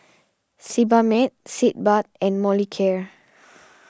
Sebamed Sitz Bath and Molicare